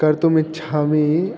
कर्तुम् इच्छामि